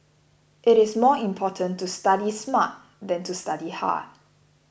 it is more important to study smart than to study hard